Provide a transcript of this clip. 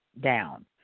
down